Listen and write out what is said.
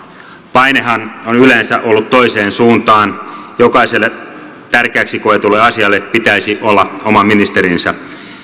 painehan on yleensä ollut toiseen suuntaan jokaiselle tärkeäksi koetulle asialle pitäisi olla oma ministerinsä